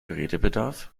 redebedarf